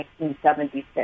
1976